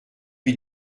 lui